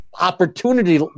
opportunity